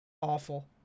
Awful